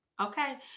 Okay